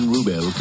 Rubel